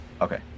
Okay